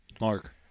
mark